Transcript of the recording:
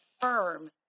firm